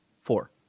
four